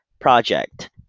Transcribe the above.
project